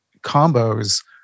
combos